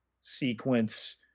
sequence